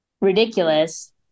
ridiculous